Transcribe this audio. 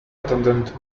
attendant